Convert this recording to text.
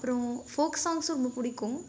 அப்புறோம் ஃபோக்ஸ் சாங்க்ஸும் ரொம்ப பிடிக்கும்